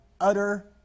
utter